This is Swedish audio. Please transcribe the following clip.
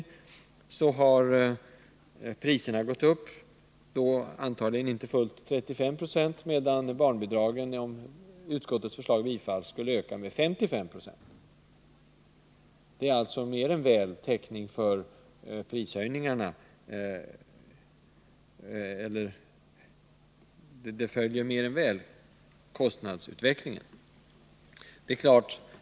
Under den tiden har priserna gått upp inte fullt 35 20. Om utskottets förslag bifalls, ökar barnbidraget med 55 96. Barnbidraget följer alltså mer än väl kostnadsutvecklingen.